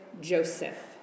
Joseph